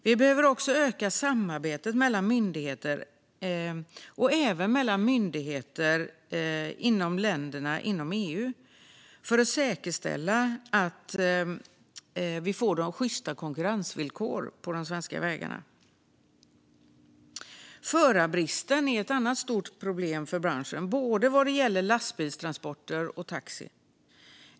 Vi behöver också öka samarbetet mellan myndigheter och även mellan myndigheter i länderna inom EU för att säkerställa att vi får sjysta konkurrensvillkor på de svenska vägarna. Förarbristen är ett annat stort problem för branschen vad gäller både lastbilstransporter och taxi.